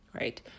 Right